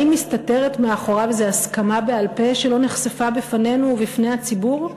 האם מסתתרת מאחוריו איזו הסכמה בעל-פה שלא נחשפה בפנינו ובפני הציבור?